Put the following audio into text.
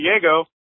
Diego